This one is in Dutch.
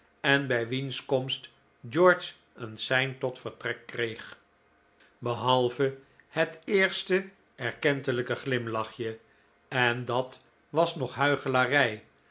en bij wiens komst george een sein tot vertrek kreeg behalve het eerste erkentelijke glimlachje en dat was nog